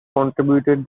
contributed